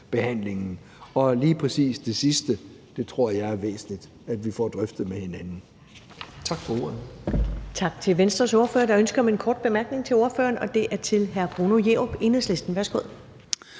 udvalgsbehandlingen. Og lige præcis det sidste tror jeg er væsentligt at vi får drøftet med hinanden. Tak for ordet.